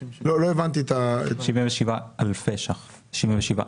77 אלפי שקלים.